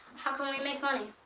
how can we make money?